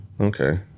Okay